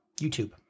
YouTube